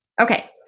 Okay